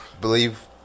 believe